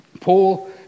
Paul